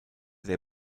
der